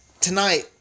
tonight